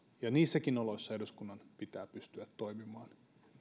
ja niissäkin oloissa eduskunnan pitää pystyä toimimaan